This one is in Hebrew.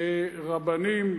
לרבנים,